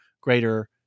greater